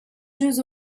jeux